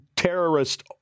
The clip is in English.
terrorist